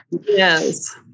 yes